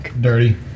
Dirty